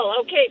Okay